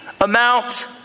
amount